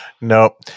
Nope